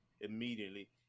immediately